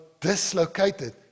dislocated